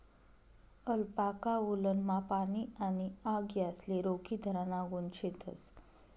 alpaca वुलनमा पाणी आणि आग यासले रोखीधराना गुण शेतस